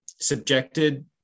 subjected